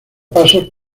pasos